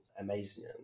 amazing